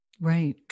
Right